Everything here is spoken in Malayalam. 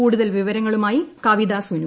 കൂടുതൽ വിവരങ്ങളുമായി കവിത സുനു